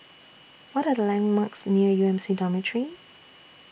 What Are The landmarks near U M C Dormitory